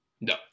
No